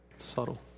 Subtle